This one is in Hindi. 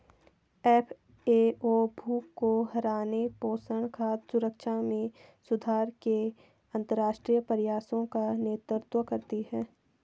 एफ.ए.ओ भूख को हराने, पोषण, खाद्य सुरक्षा में सुधार के अंतरराष्ट्रीय प्रयासों का नेतृत्व करती है